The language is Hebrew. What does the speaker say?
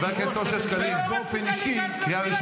ועם ראש הממשלה באופן אישי -- לא רצית להיכנס גם לרפיח.